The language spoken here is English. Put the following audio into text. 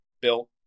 built